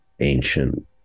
Ancient